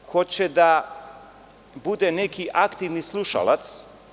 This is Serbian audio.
Ko će da bude neki aktivni slušalac.